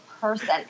person